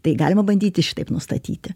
tai galima bandyti šitaip nustatyti